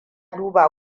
duba